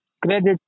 Credit